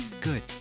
good